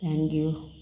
thank you